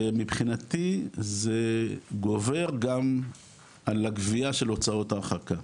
ומבחינתי זה גובר, גם על הגבייה של הוצאות ההרחקה.